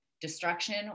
destruction